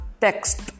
Text